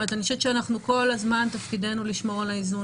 אני חושב שתפקידנו כל הזמן לשמור על האיזון